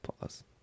pause